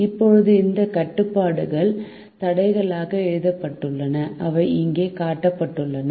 இப்போது இந்த கட்டுப்பாடுகள் தடைகளாக எழுதப்பட்டுள்ளன அவை இங்கே காட்டப்பட்டுள்ளன